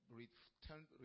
return